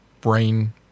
Brain